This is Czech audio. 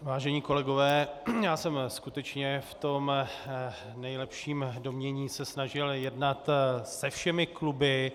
Vážení kolegové, já jsem skutečně v tom nejlepším domnění se snažil jednat se všemi kluby.